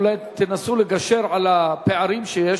אולי תנסו לגשר על הפערים שיש,